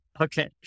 Okay